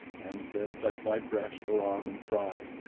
and then touch my breast or arm and cry,